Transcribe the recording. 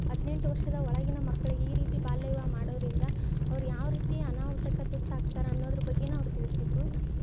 ಹದಿನೆಂಟು ವರ್ಷದ ಒಳಗಿನ ಮಕ್ಕಳಿಗೆ ಈ ರೀತಿ ಬಾಲ್ಯ ವಿವಾಹ ಮಾಡೋದರಿಂದ ಅವರು ಯಾವ ರೀತಿ ಅನಾಹುತಕ್ಕೆ ತುತ್ತಾಗ್ತಾರ ಅನ್ನೋದ್ರ ಬಗ್ಗೆಯೂ ಅವ್ರು ತಿಳಿಸಿದರು